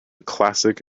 classic